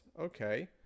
okay